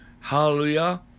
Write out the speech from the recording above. Hallelujah